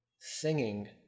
Singing